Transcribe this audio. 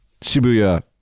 Shibuya